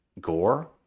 gore